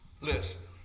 Listen